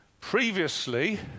Previously